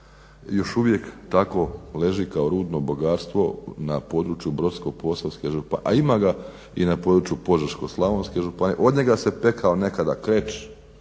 još uvijek tako leži kao rudno bogatstvo na području Brodsko-posavske županije a ima ga i na području Požeško-slavonske županije, od njega se pekao nekad kreć